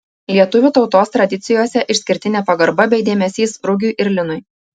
lietuvių tautos tradicijose išskirtinė pagarba bei dėmesys rugiui ir linui